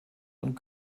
und